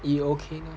你 okay mah